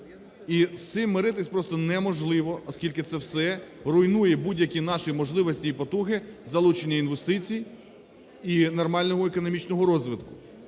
І з цим миритися просто неможливо, оскільки це все руйнує будь-які наші можливості і потуги залучення інвестицій і нормального економічного розвитку.